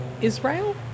Israel